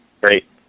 Great